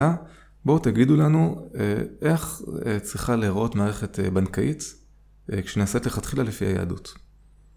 בואו תגידו לנו, אה, איך צריכה להיראות מערכת, אה, בנקאית כשנעשית לכתחילה לפי היהדות.